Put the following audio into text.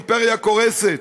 אימפריה קורסת.